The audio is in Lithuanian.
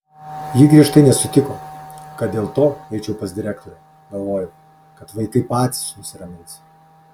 ji griežtai nesutiko kad dėl to eičiau pas direktorę galvojau kad vaikai patys nusiramins